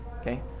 Okay